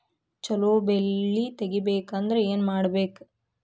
ಛಲೋ ಬೆಳಿ ತೆಗೇಬೇಕ ಅಂದ್ರ ಏನು ಮಾಡ್ಬೇಕ್?